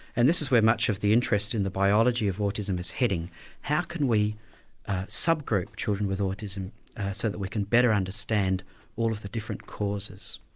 and this is where much of the interest in the biology of autism is heading how can we sub-group children with autism so that we can better understand all of the different causes?